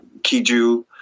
Kiju